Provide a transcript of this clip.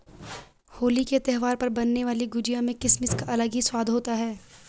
होली के त्यौहार पर बनने वाली गुजिया में किसमिस का अलग ही स्वाद होता है